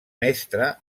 mestre